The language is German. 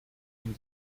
ihn